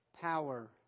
power